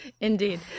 indeed